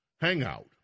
hangout